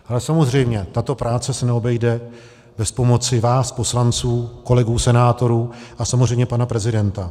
Ale samozřejmě tato práce se neobejde bez pomoci vás poslanců, kolegů senátorů a samozřejmě pana prezidenta.